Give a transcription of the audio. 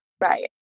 Right